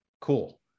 cool